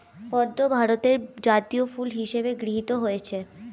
পদ্ম ভারতের জাতীয় ফুল হিসেবে গৃহীত হয়েছে